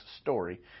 story